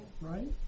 right